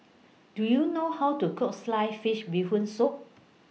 Do YOU know How to Cook Sliced Fish Bee Hoon Soup